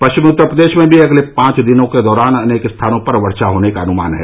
पश्चिमी उत्तर प्रदेश में भी अगले पांच दिनों के दौरान अनेक स्थानों पर वर्षा होने का अनुमान है